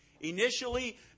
initially